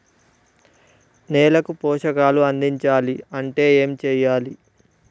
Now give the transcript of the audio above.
నేలకు పోషకాలు అందించాలి అంటే ఏం చెయ్యాలి?